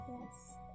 Yes